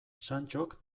santxok